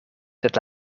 sed